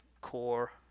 core